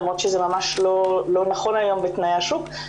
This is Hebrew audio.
למרות שזה ממש לא נכון היום בתנאי השוק.